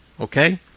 okay